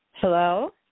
Hello